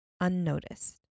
unnoticed